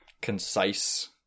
concise